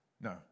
No